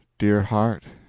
dear heart,